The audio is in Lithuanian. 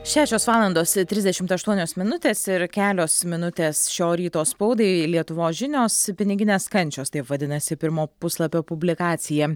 šešios valandos trisdešimt aštuonios minutės ir kelios minutės šio ryto spaudai lietuvos žinios piniginės kančios taip vadinasi pirmo puslapio publikacija